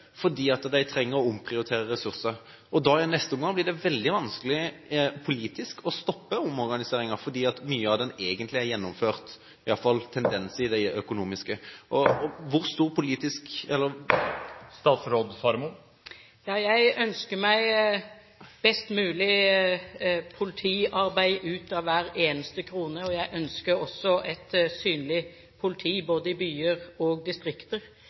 fordi de trenger å omprioritere ressurser. Og da blir det i neste omgang veldig vanskelig å stoppe omorganiseringen politisk, fordi mye av den egentlig er gjennomført i det økonomiske, iallfall en tendens. Hvor stor politisk, eller … Jeg ønsker meg best mulig politiarbeid ut av hver eneste krone, og jeg ønsker også et synlig politi, både i byer og i distrikter.